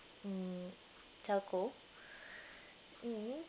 mm telco mmhmm